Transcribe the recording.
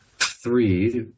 Three